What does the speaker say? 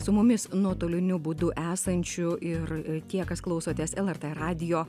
su mumis nuotoliniu būdu esančiu ir tie kas klausotės lrt radijo